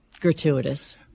gratuitous